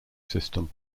system